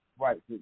Right